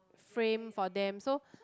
frame for them so